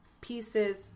pieces